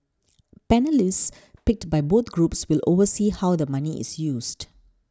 panellists picked by both groups will oversee how the money is used